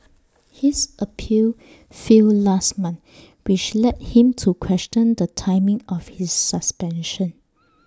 his appeal failed last month which led him to question the timing of his suspension